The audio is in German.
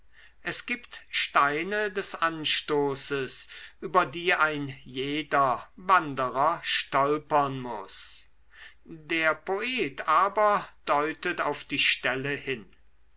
es gibt steine des anstoßes über die ein jeder wanderer stolpern muß der poet aber deutet auf die stelle hin